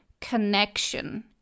connection